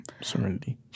Serenity